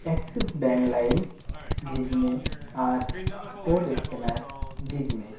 Axis bank ᱞᱟᱭᱤᱢ ᱡᱷᱤᱡᱽ ᱢᱮ ᱟᱨ ᱠᱳᱰ ᱥᱠᱮᱱᱟᱨ ᱡᱷᱤᱡᱽ ᱢᱮ